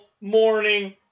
morning